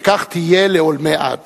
וכך תהיה לעולמי עד".